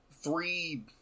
three